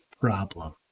problem